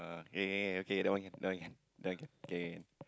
ah eh okay that one can that one can that one can K